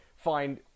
find